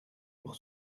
pour